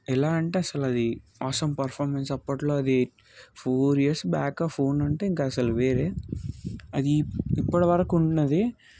ఎలా అంటే అసలు అది ఆసం పర్ఫామెన్స్ అప్పట్లో అది ఫోర్ ఇయర్స్ బ్యాక్ ఫోన్ అంటే ఇంకా అసలు వేరే అది ఇప్పటివరకూ ఉన్నది